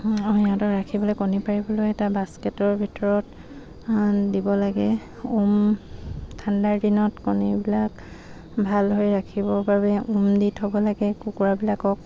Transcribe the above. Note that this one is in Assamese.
সিহঁতক ৰাখিবলৈ কণী পাৰিবলৈ এটা বাস্কেটৰ ভিতৰত দিব লাগে ঠাণ্ডাৰ দিনত কণীবিলাক ভাল হৈ ৰাখিবৰ বাবে উম দি থ'ব লাগে কুকুৰাবিলাকক